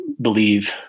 believe